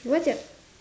what's your